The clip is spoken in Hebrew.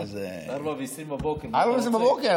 04:20, בבוקר.